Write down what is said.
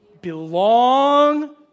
Belong